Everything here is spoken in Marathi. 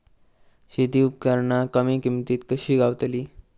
शेती उपकरणा कमी किमतीत कशी गावतली?